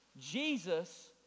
Jesus